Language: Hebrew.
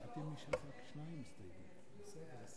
תאמין לי שבאופן אותנטי הם יצביעו בעד,